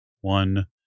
one